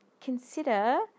consider